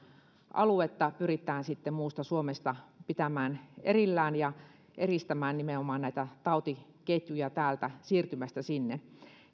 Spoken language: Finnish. aluetta pyritään sitten muusta suomesta pitämään erillään ja estämään nimenomaan näitä tautiketjuja täältä siirtymästä